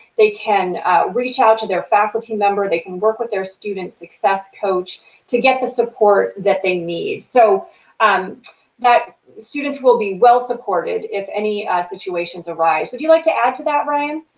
they can reach out to their faculty member, they can work with their student success coach to get the support that they need so um that students will be well supported if any situations arise. would you like to add to that, ryan?